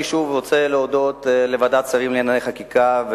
אני שוב רוצה להודות לוועדת שרים לענייני חקיקה,